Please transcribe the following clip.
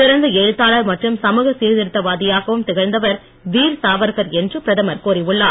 சிறந்த எழுத்தாளர் மற்றும் சமூக சிர்திருத்தவாதியாகவும் திகழ்ந்தவர் வீர் சாவர்க்கர் என்று பிரதமர் கூறியுள்ளார்